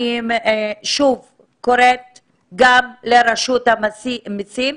אני קוראת שוב גם לרשות המיסים